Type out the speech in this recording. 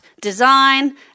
design